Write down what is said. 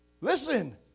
listen